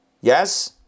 Yes